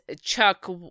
Chuck